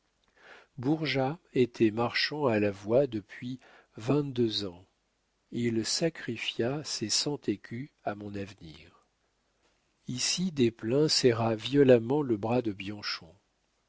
bourgeat était marchand à la voie depuis vingt-deux ans il sacrifia ses cent écus à mon avenir ici desplein serra violemment le bras de bianchon